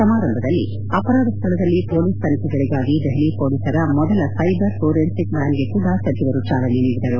ಸಮಾರಂಭದಲ್ಲಿ ಅಪರಾಧ ಸ್ಥಳದಲ್ಲಿ ಪೊಲೀಸ್ ತನಿಖೆಗಳಗಾಗಿ ದೆಹಲಿ ಪೊಲೀಸರ ಮೊದಲ ಸೈಬರ್ ಫೋರೆನ್ಸಿಕ್ ವ್ಯಾನ್ಗೆ ಕೂಡ ಸಚಿವರು ಚಾಲನೆ ನೀಡಿದರು